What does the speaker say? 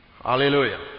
Hallelujah